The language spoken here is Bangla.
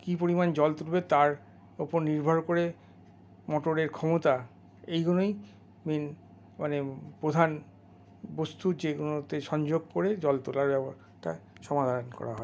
কি পরিমাণ জল তুলবে তার ওপর নির্ভর করে মোটরের ক্ষমতা এই গুনোই মেন মানে প্রধান বস্তু যেগুনোতে সংযোগ করে জল তোলার ব্যাপারটা সমাধান করা হয়